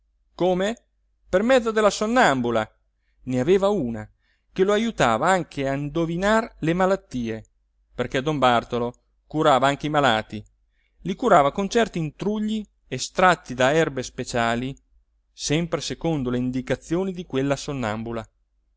come per mezzo della sonnambula ne aveva una che lo ajutava anche a indovinar le malattie perché don bartolo curava anche i malati i curava con certi intrugli estratti da erbe speciali sempre secondo le indicazioni di quella sonnambula